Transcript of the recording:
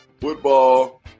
Football